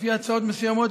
לפי הצעות מסוימות,